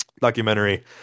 documentary